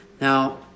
Now